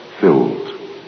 filled